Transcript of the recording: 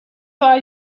are